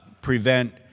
prevent